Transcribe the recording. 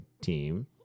team